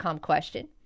question